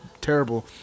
terrible